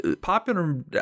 Popular